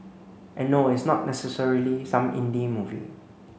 and no it's not necessarily some indie movie